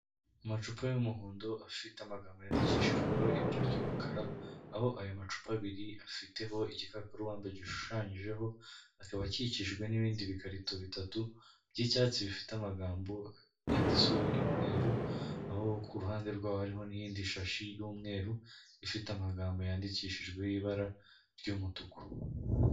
Amacupa y'umuhondo afite amagambo yandikishijweho ibara ry'umukara, aho ayo macupa abiri afiteho igikakarubamba gishushanyijeho, akaba akikijwe n'ibindi bikarito bitatu, by'icyatsi bifite amagambo yanditseho y'umweru, aho ku ruhande rwaho hariho n'iyindi shashi y'umweru, ifite amagambo yandikishijweho ibara ry'umutuku.